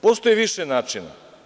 Postoji više načina.